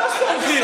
אני שמח לשמוע.